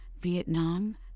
Vietnam